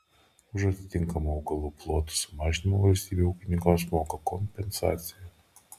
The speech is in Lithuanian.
už atitinkamą augalų plotų sumažinimą valstybė ūkininkams moka kompensaciją